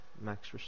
Max